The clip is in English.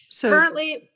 Currently